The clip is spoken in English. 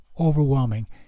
overwhelming